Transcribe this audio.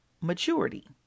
maturity